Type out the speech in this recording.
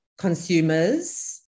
Consumers